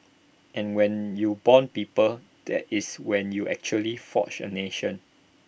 and when you Bond people that is when you actually forge A nation